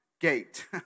gate